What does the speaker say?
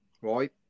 right